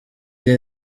iyi